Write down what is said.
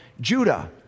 Judah